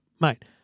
mate